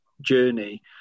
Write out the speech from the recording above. journey